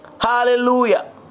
Hallelujah